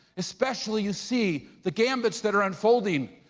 especially you see the gambits that are unfolding,